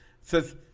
Says